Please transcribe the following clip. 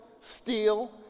steal